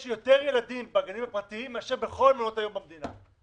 יש יותר ילדים בגנים הפרטיים מאשר בכל מעונות היום במדינה.